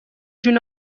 جون